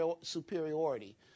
superiority